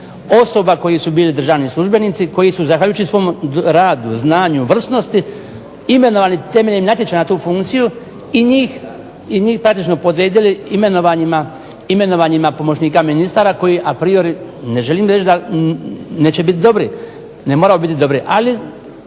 osoba koji su bili državni službenici, koji su zahvaljujući svom radu, znanju, vrsnosti imenovani temeljem natječaja na tu funkciju i njih praktično podredili imenovanjima pomoćnika ministara koji a priori ne želim reći da neće biti dobri. Ne moraju biti dobri, ali